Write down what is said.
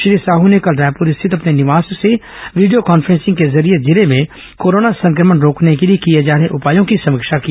श्री साहू ने कल रायपुर स्थित अपने निवास से वीडियो कॉन्फ्रेंसिंग के जरिए जिले में कोरोना संक्रमण रोकने के लिए किए जा रहे उपायों की समीक्षा की